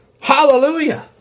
Hallelujah